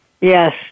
Yes